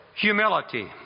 Humility